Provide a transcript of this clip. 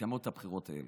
מתקיימות הבחירות האלה.